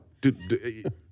dude